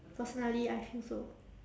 personally I feel so